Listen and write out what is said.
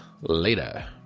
later